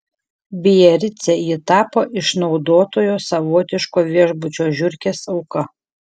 biarice ji tapo išnaudotojo savotiško viešbučio žiurkės auka